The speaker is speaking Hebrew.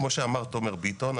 כמו שאמר תומר ביטון,